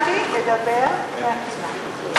נרשמתי לדבר מהפינה.